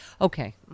Okay